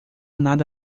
nada